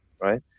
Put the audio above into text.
right